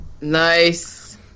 Nice